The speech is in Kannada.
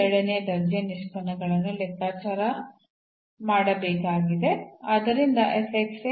ಎರಡನೇ ದರ್ಜೆಯ ನಿಷ್ಪನ್ನ ಪರೀಕ್ಷೆಯ ಮೂಲಕ ಹೋಗದೆ ನೇರವಾಗಿ ಈ ನ ಚಿಹ್ನೆಯನ್ನು ವೀಕ್ಷಿಸಲು ನಾವು ಈಗ ಇಲ್ಲಿ ಪ್ರಯತ್ನಿಸುತ್ತೇವೆ